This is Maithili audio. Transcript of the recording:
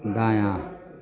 दायाँ